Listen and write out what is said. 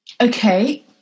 Okay